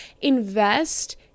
invest